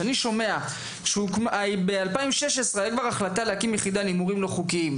כשאני שומע שב-2016 היתה כבר החלטה להימורים לא חוקיים,